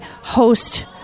host